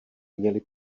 měli